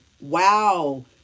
Wow